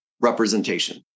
representation